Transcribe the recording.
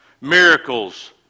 Miracles